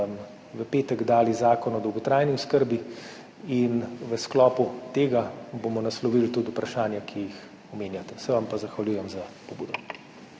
v petek dali Zakon o dolgotrajni oskrbi in v sklopu tega bomo naslovili tudi vprašanja, ki jih omenjate. Se vam pa zahvaljujem za pobudo.